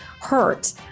hurt